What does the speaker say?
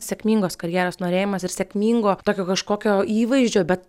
sėkmingos karjeros norėjimas ir sėkmingo tokio kažkokio įvaizdžio bet